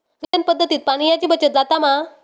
सिंचन पध्दतीत पाणयाची बचत जाता मा?